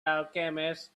alchemist